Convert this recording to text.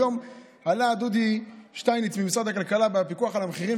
היום עלה דודי שטייניץ מהפיקוח על המחירים